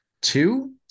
two